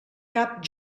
cap